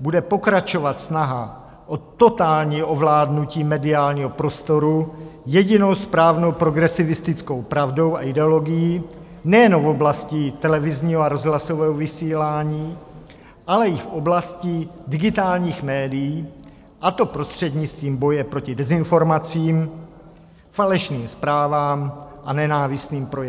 bude pokračovat snaha o totální ovládnutí mediálního prostoru jedinou správnou progresivistickou pravdou a ideologií nejenom v oblasti televizního a rozhlasového vysílání, ale i v oblasti digitálních médií, a to prostřednictvím boje proti dezinformacím, falešným zprávám a nenávistným projevům.